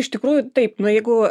iš tikrųjų taip nu jeigu